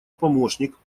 помощник